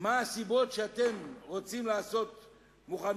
מה הסיבות לכך שאתם רוצים מוכנות